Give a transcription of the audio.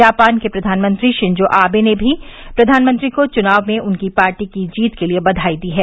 Japan के प्रधानमंत्री Shinzo Abe ने भी प्रधानमंत्री को चुनाव में उनकी पार्टी की जीत के लिए बधाई दी है